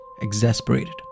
exasperated